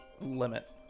limit